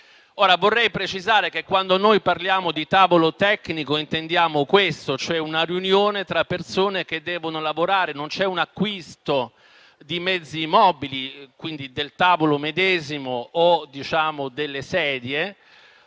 Vorrei precisare che, quando noi parliamo di tavolo tecnico, intendiamo una riunione tra persone che devono lavorare; non c'è un acquisto di mezzi mobili e, quindi, del tavolo medesimo o delle sedie.